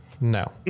No